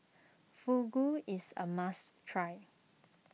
Fugu is a must try